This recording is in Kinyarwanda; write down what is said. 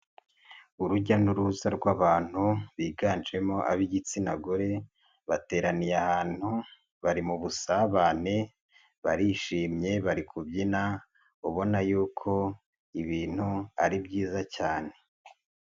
Urujya n'uruza rw'abantu biganjemo ab'igitsina gore, bateraniye ahantu bari mu busabane, barishimye bari kubyina, ubona yuko ibintu ari byiza cyane.